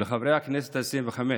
ולחברי הכנסת העשרים-וחמש,